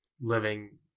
living